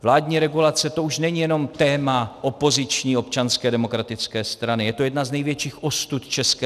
Vládní regulace, to už není jenom téma opoziční Občanské demokratické strany, je to jedna z největší ostud ČR.